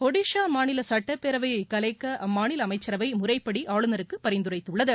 ஒடிசா மாநில சட்டப்பேரவையை கலைக்க அம்மாநில அமைச்சரவை முறைப்படி ஆளுநருக்கு பரிந்துரைத்துள்ளது